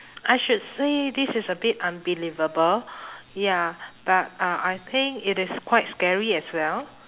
I should say this is a bit unbelievable ya but uh I think it is quite scary as well